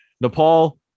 Nepal